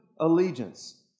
allegiance